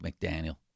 McDaniel